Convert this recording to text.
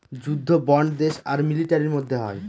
যুদ্ধ বন্ড দেশ আর মিলিটারির মধ্যে হয়